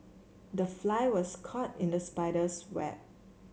the fly was caught in the spider's web